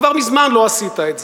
כבר מזמן לא עשית את זה.